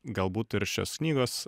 galbūt ir šios knygos